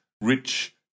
rich